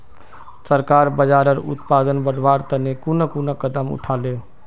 सरकार बाजरार उत्पादन बढ़वार तने कुन कुन कदम उठा ले